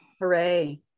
hooray